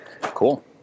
Cool